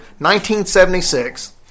1976